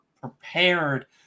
prepared